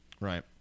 Right